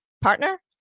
partner